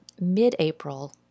mid-April